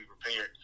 prepared